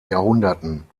jahrhunderten